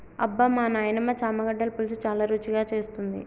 అబ్బమా నాయినమ్మ చామగడ్డల పులుసు చాలా రుచిగా చేస్తుంది